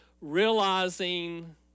realizing